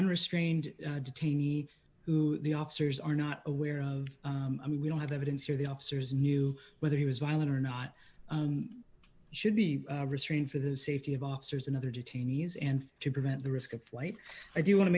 unrestrained detain me who the officers are not aware of we don't have evidence or the officers knew whether he was violent or not should be restrained for the safety of officers and other detainees and to prevent the risk of flight i do want to